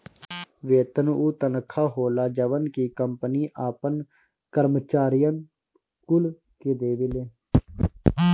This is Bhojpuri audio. वेतन उ तनखा होला जवन की कंपनी आपन करम्चारिअन कुल के देवेले